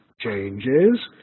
changes